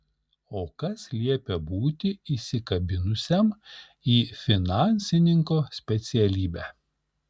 o kas liepia būti įsikabinusiam į finansininko specialybę